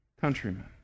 countrymen